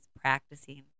practicing